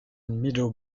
meadow